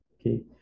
okay